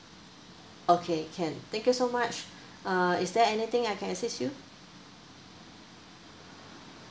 okay can thank you so much uh is there anything I can assist you